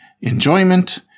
enjoyment